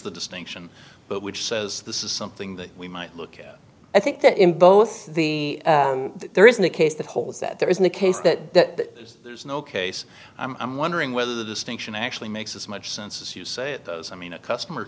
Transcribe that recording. the distinction but which says this is something that we might look at i think that in both the there isn't the case that holds that there isn't a case that there's no case i'm wondering whether the distinction actually makes as much sense as you say it does i mean a customer